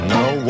no